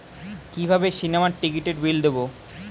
কিভাবে সিনেমার টিকিটের বিল দেবো?